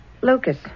Lucas